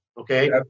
Okay